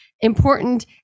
important